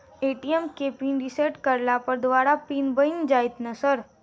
ATM केँ pin reset करला पर दोबारा पिन बन जाइत नै सर?